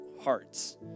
hearts